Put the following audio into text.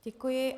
Děkuji.